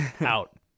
out